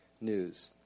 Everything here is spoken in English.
news